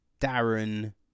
Darren